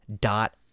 Dot